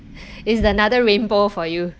is another rainbow for you